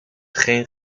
geen